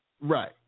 Right